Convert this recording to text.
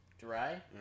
dry